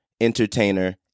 entertainer